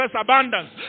abundance